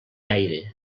aire